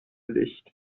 licht